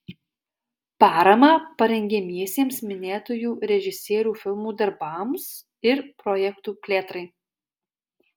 paramą parengiamiesiems minėtųjų režisierių filmų darbams ir projektų plėtrai